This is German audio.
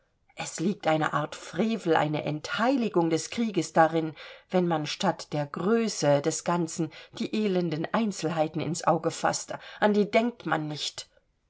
es liegt eine art frevel eine entheiligung des krieges darin wenn man statt der größe des ganzen die elenden einzelheiten ins auge faßt an die denkt man nicht